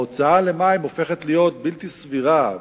ההוצאה למים הופכת להיות בלתי סבירה.